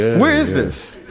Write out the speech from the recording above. where is this?